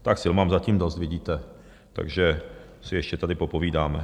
Tak sil mám zatím dost, vidíte, takže si ještě tady popovídáme.